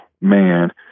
man